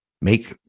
make